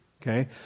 Okay